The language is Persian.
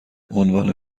عنوان